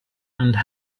and